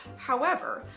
however,